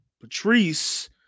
patrice